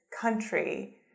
country